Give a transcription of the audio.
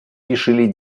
решили